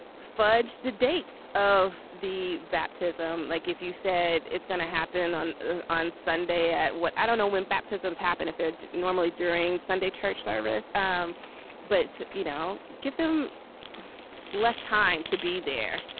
fudge the dates of the baptism. like if you said it's going to happen on on sunday at what i don't know when baptisms happen if they're normally during sunday church service. um but you know give them less time to be there.